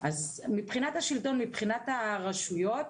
אז מבחינת השלטון המקומי, מבחינת הרשויות,